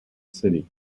city